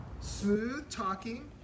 smooth-talking